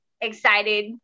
excited